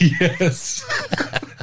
Yes